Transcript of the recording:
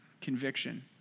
conviction